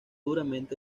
durante